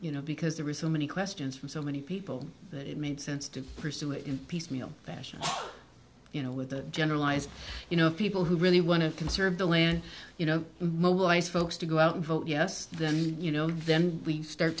you know because the reason many questions from so many people that it makes sense to pursue it in piecemeal fashion you know with the generalized you know people who really want to conserve the land you know mobilize folks to go out and vote yes then you know then we start